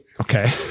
okay